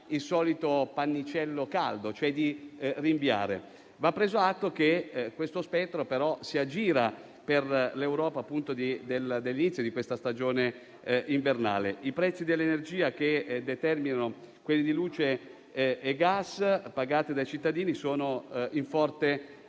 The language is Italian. il solito pannicello caldo, ovvero un rinvio. Va preso atto che questo spettro si aggira per l'Europa dall'inizio della stagione invernale. I prezzi dell'energia che determinano quelli di luce e gas pagati dai cittadini sono in forte